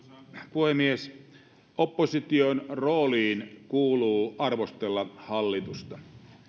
puhemies opposition rooliin kuuluu arvostella hallitusta